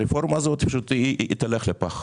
הרפורמה הזאת תלך לפח.